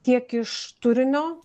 tiek iš turinio